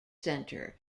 center